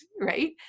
right